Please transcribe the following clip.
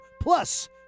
plus